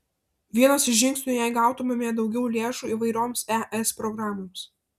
vienas iš žingsnių jei gautumėme daugiau lėšų įvairioms es programoms